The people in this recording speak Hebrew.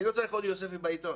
אני לא צריך עוד יוספי בעיתון.